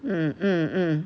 mm mm mm